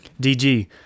DG